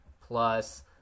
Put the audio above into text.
plus